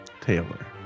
Taylor